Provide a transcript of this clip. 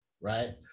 right